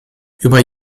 über